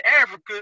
Africa